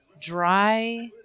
dry